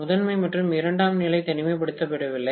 முதன்மை மற்றும் இரண்டாம் நிலை தனிமைப்படுத்தப்படவில்லை